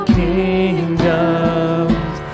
kingdoms